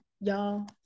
Y'all